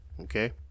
Okay